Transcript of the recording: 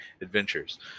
adventures